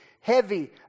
heavy